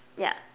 ya